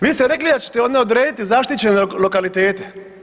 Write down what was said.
Vi ste rekli da ćete onda odrediti zaštićene lokalitete.